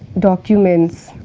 documents,